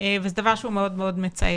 וזה דבר שהוא מאוד מצער.